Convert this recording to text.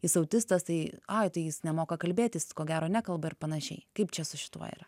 jis autistas tai ai tai jis nemoka kalbėti jis ko gero nekalba ir panašiai kaip čia su šituo yra